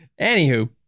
Anywho